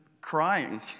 crying